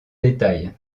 détails